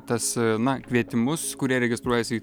tas na kvietimus kurie registruojasi